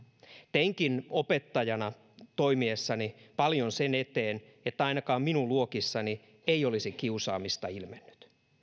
teinkin opettajana toimiessani paljon sen eteen että ainakaan minun luokissani ei olisi kiusaamista ilmennyt